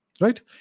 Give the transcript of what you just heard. right